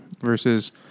versus